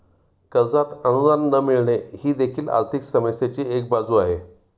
कर्जात अनुदान न मिळणे ही देखील आर्थिक समस्येची एक बाजू आहे